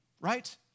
right